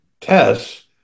tests